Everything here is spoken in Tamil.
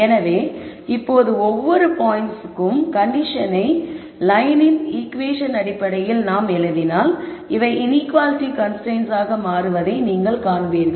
எனவே இப்போது ஒவ்வொரு பாயின்ட்ஸ்க்கும் கண்டிஷனை லயனின் ஈகுவேஷன் அடிப்படையில் நாம் எழுதினால் இவை இன்ஈக்குவாலிட்டி கன்ஸ்ரைன்ட்ஸ் ஆக மாறுவதை நீங்கள் காண்பீர்கள்